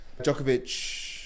Djokovic